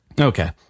Okay